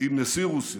עם נשיא רוסיה,